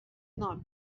not